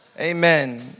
Amen